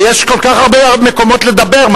הרי יש כל כך הרבה מקומות לדבר.